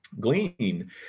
glean